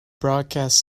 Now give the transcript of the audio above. broadcast